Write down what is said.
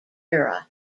era